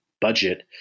budget